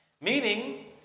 Meaning